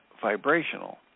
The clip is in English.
vibrational